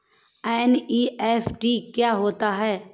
NEFT क्या होता है?